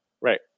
Right